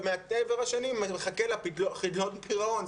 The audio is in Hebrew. ומהעבר השני מחכה לה חדלון פירעון.